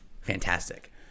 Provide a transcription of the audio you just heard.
fantastic